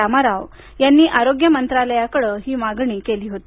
रामा राव यांनी आरोग्य मंत्रालयाकडे ही मागणी केली होती